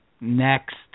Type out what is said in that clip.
next